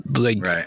Right